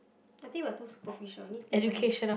I think we're too superficial need think something